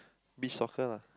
beach soccer lah